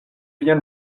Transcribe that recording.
vient